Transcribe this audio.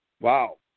wow